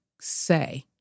say